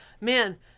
man